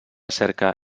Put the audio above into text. cerca